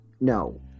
No